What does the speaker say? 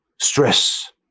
stress